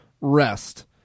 rest